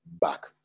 back